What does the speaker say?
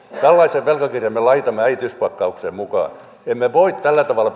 tällaisen velkakirjan me laitamme äitiyspakkaukseen mukaan emme voi tällä tavalla